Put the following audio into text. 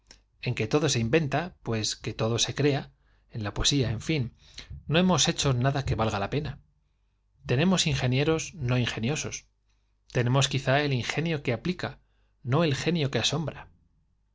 en que todo se inventa pues que todo se crea en la poesía en fin no hemos hecho nada que valga la pena tenemos ingenieros ingeniosos tenemos quizá el ingenio no que aplica genio que asombra